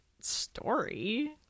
story